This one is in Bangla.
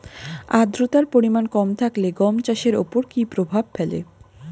আদ্রতার পরিমাণ কম থাকলে গম চাষের ওপর কী প্রভাব ফেলে?